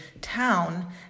town